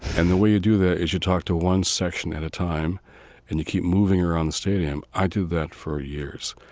and the way you do that is you talk to one section at a time and you keep moving around the stadium. i did that for years.